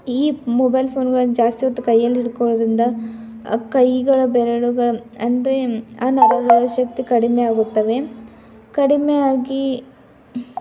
ಈ ಮೊಬೈಲ್ ಫೋನುಗಳನ್ನ ಜಾಸ್ತಿ ಹೊತ್ತು ಕೈಯಲ್ಲಿ ಹಿಡ್ಕೊಳ್ಳೋದರಿಂದ ಕೈಗಳ ಬೆರಳುಗಳು ಅಂದರೆ ನರಗಳ ಶಕ್ತಿ ಕಡಿಮೆ ಆಗುತ್ತವೆ ಕಡಿಮೆ ಆಗಿ